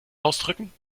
ausdrücken